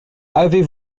avez